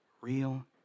real